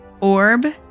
orb